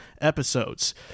episodes